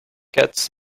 cuts